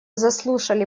заслушали